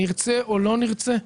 נרצה או לא נרצה,